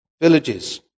villages